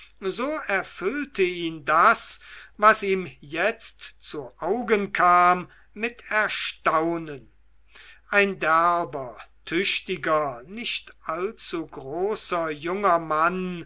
so erfüllte ihn das was ihm jetzt zu augen kam mit erstaunen ein derber tüchtiger nicht allzu großer junger mann